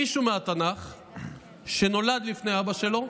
מישהו מהתנ"ך שנולד לפני אבא שלו,